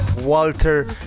Walter